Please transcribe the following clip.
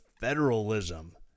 federalism